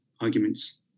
arguments